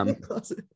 closet